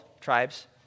tribes